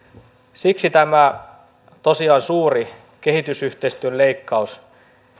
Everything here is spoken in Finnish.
siksi tämä suuri kehitysyhteistyön leikkaus